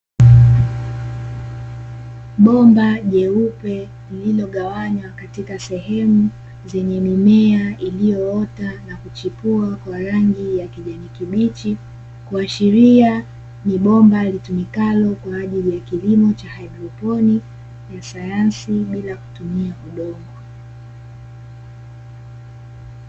Bomba jeupe lililogawanywa katika sehemu zenye mimea iliyoota na kuchipua kwa rangi ya kijani kibichi, kuashiria ni bomba litumikalo kwa ajili ya kilimo cha haidroponi na sayansi, bila kutumia udongo.